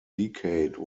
decade